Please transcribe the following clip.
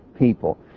people